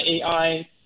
AI